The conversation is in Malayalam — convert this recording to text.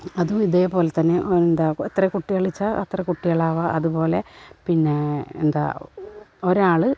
അതും ഇതേപോലെ തന്നെ എന്താ എത്ര കുട്ടികൾ ച്ചാൽ അത്ര കുട്ടികളാകാം അതുപോലെ പിന്നെ എന്താ ഒരാള്